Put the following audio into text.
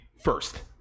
first